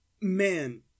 man